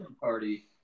party